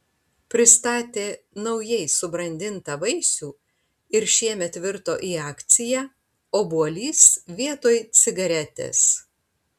pristatė naujai subrandintą vaisių ir šiemet virto į akciją obuolys vietoj cigaretės